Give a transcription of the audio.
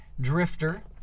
Drifter